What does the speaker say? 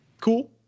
Cool